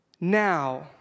Now